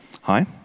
Hi